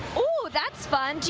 that's fun.